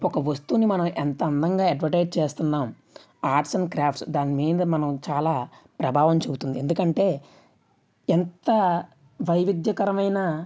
ఒక వస్తువుని మనం ఎంత అందంగా ఎడ్వటైజ్ చేస్తున్నాం ఆర్ట్స్ అండ్ క్రాఫ్ట్స్ దాని మీద మనం చాలా ప్రభావం చూపుతుంది ఎందుకంటే ఎంత వైవిధ్యకరమైన